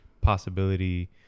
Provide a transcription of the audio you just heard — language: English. possibility